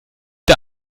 der